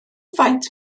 faint